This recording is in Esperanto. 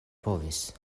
povis